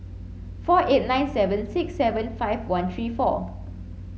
four eight nine seven six seven five one three four